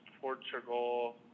Portugal